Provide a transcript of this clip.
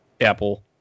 Apple